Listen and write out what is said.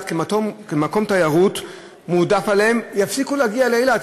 כמקום תיירות מועדף עליהם יפסיקו להגיע לאילת.